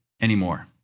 anymore